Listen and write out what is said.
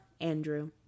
Andrew